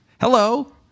Hello